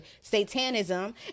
satanism